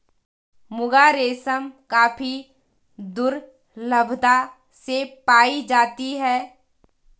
मुगा रेशम काफी दुर्लभता से पाई जाती है